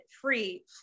free